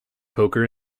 poker